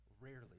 rarely